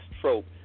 trope